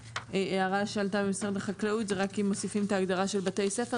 הערה שעלתה ממשרד החקלאות אם מוסיפים את ההגדרה של בתי ספר,